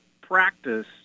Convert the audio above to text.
practice